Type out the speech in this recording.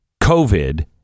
covid